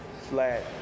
flat